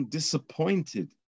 disappointed